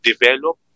develop